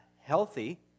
healthy